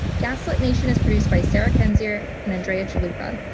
gaslit nation is produced by sara kendzior and andrea chalupa.